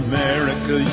America